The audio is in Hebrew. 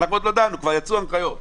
אנחנו עוד לא דנו וכבר יצאו הנחיות.